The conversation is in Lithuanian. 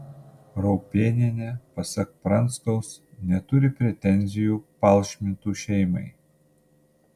raupėnienė pasak pranskaus neturi pretenzijų palšmitų šeimai